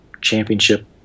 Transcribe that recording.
championship